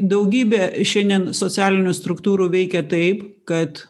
daugybė šiandien socialinių struktūrų veikia taip kad